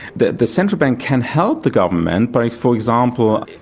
the the central bank can help the government by, for example,